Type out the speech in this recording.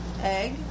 egg